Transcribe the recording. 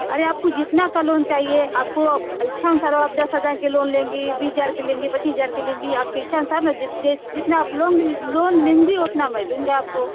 अरे आपको जितना का लोन चाहिए आपको इच्छा अनुसार आप दस हज़ार के लोन लेंगी बीस हज़ार के लेंगी पच्चीस हज़ार के लेंगी आपके इच्छा अनुसार न जितना आप लोन लोन लेंगी उतना मैं दूंगा आपको